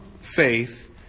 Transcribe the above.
faith